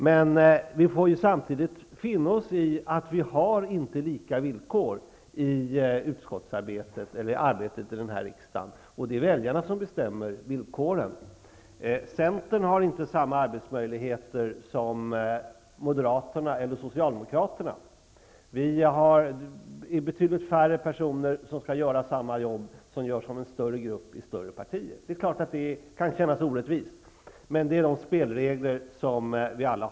Men samtidigt får vi finna oss i att villkoren är olika i fråga om utskottsarbetet och annat arbete här i riksdagen. Det är ju väljarna som bestämmer villkoren. Vi i Centern har inte samma arbetsmöjligheter som Moderaterna eller Socialdemokraterna. Inom Centern är det betydligt färre personer som skall göra samma jobb som en större grupp i ett större parti. Det är klart att det kan upplevas som orättvist. Men de spelreglerna gäller för oss alla.